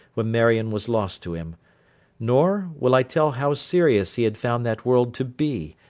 when marion was lost to him nor, will i tell how serious he had found that world to be,